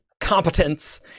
competence